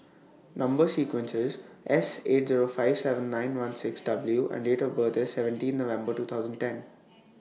Number sequence IS S eight Zero five seven nine one six W and Date of birth IS seventeen November two thousand ten